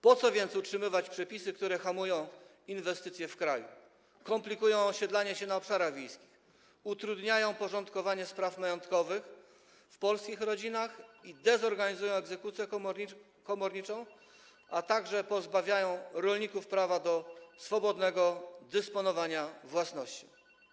Po co więc utrzymywać przepisy, które hamują inwestycje w kraju, komplikują osiedlanie się na obszarach wiejskich, utrudniają porządkowanie spraw majątkowych w polskich rodzinach i dezorganizują egzekucję komorniczą, a także pozbawiają rolników prawa do swobodnego dysponowania własnością?